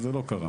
אבל זה לא קרה,